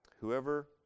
Whoever